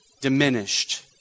diminished